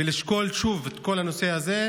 לשקול שוב את כל הנושא הזה.